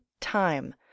time